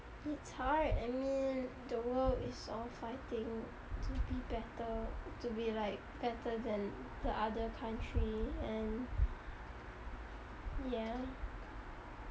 it's hard I mean the world is all fighting to be better to be like better than the other country and ya